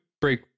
break